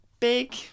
Big